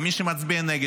ומי שמצביע נגד,